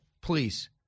please